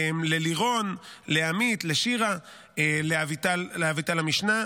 ללירון, לעמית, לשירה, לאביטל המשנה,